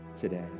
today